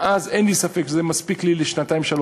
ואז, אין לי ספק שזה מספיק לי לשנתיים-שלוש.